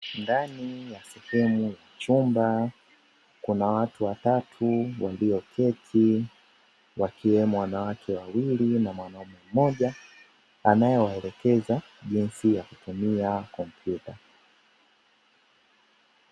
Ndani ya sehemu ya chumba kuna watu watatu walioketi, wakiwemo wanawake wawili na mwanaume mmoja, anayewaelekeza jinsi ya kutumia kompyuta.